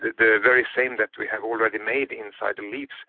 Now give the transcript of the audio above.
the very same that we have already made inside the leaves,